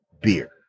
beer